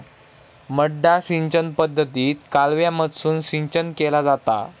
मड्डा सिंचन पद्धतीत कालव्यामधसून सिंचन केला जाता